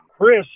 Chris